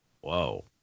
Whoa